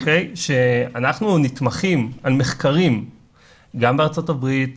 שאנחנו נתמכים על מחקרים גם בארצות הברית,